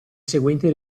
seguenti